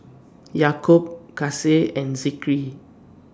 Yaakob Kasih and Zikri